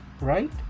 right